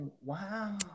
Wow